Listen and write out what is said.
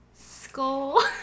skull